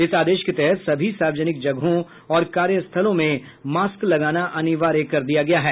इस आदेश के तहत सभी सार्वजनिक जगहों और कार्यस्थलों में मास्क लगाना अनिवार्य कर दिया गया है